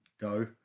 go